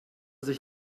sich